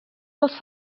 pels